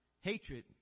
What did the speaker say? Hatred